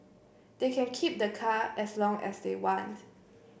they can keep the car as long as they want